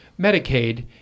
Medicaid